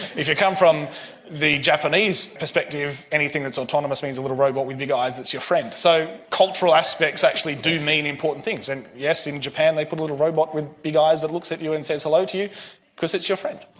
if you come from the japanese perspective, anything that is autonomous means a little robot with big eyes that's your friend. so cultural aspects actually do mean important things. and yes, in japan they put a little robot with big eyes that looks at you and says hello to you because it's your friend.